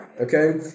Okay